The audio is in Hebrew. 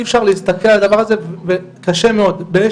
אי אפשר להסתכל על הדבר הזה וקשה מאוד ויש